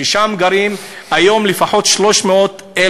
ששם גרים היום לפחות 300,000,